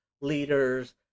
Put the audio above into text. leaders